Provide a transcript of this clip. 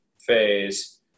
phase